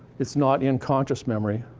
it's not in conscious memory.